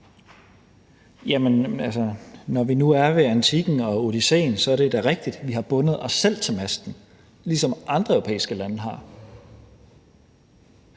når vi nu er ved antikken og »Odysseen«, er det da rigtigt, at vi har bundet os selv til masten, ligesom andre europæiske lande har.